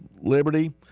liberty